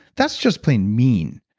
that's just plain mean.